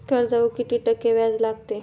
कर्जावर किती टक्के व्याज लागते?